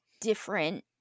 different